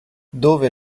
dove